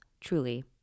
Truly